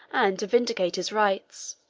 and to vindicate his rights.